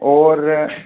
और